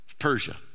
persia